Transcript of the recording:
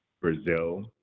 Brazil